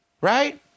Right